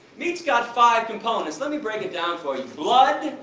meat's got five components, let me break it down for you blood,